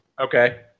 Okay